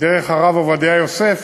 דרך הרב עובדיה יוסף,